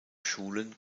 schulen